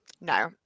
No